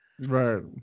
Right